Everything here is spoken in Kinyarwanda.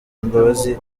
imbabazi